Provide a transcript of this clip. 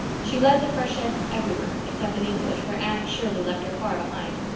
she led the freshettes everywhere, except in english, where anne shirley left her far behind.